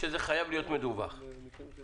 זה חייב להיות מדווח, לדעתי.